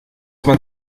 man